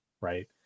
right